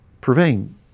purveying